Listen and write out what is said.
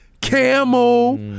Camel